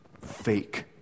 fake